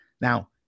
Now